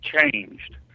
changed